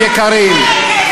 שיגיד כן.